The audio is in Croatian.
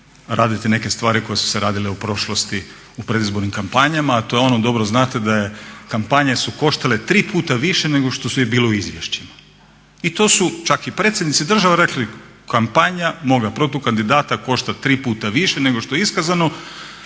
raditi neke stvari koje su se radile u prošlosti u predizbornim kampanjama a to je ono, dobro znate da su kampanje koštale tri puta više nego što je bilo u izvješćima. I to su čak i predsjednici država rekli kampanja moga protukandidata košta tri puta više nego što je iskazano